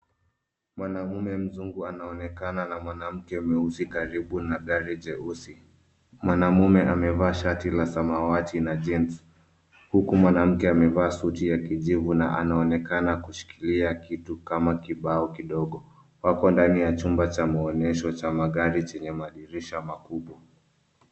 Mwanaume mzungu anaonekana na mwanamke mweusi karibu na gari jeusi Mwanaume amevaa shati la samawati na jeans huku mwanamke amevaa suti ya kijivu na anaonekana kushikilia kitu kama kibao kidogo. Wako ndani ya chumba cha maonyesho cha magari chenye madirisha makubwa.